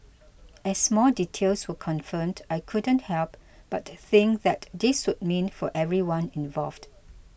as more details were confirmed I couldn't help but think that this would mean for everyone involved